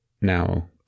now